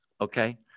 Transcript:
Okay